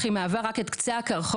אך היא מהווה רק את קצה הקרחון,